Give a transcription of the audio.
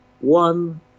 one